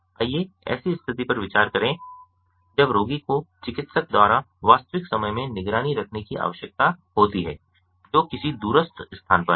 आइए ऐसी स्थिति पर विचार करें जब रोगी को चिकित्सक द्वारा वास्तविक समय में निगरानी रखने की आवश्यकता होती है जो किसी दूरस्थ स्थान पर है